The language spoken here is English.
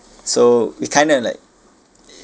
so we kind of like